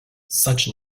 such